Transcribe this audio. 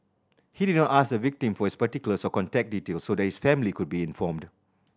he did not ask the victim for his particulars or contact details so that his family could be informed